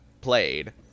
played